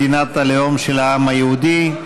מדינת הלאום של העם היהודי,